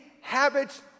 habits